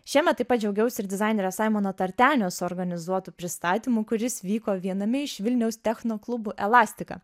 šiemet taip pat džiaugiausi ir dizainerio saimono tartenio suorganizuotu pristatymu kuris vyko viename iš vilniaus techno klubų elastika